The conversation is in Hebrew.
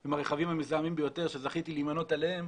עם הרכבים המזהמים ביותר, שזכיתי להימנות עליהם.